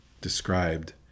described